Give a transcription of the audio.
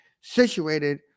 situated